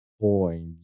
point